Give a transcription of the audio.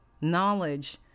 knowledge